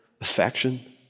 affection